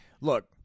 Look